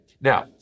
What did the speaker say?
Now